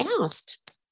asked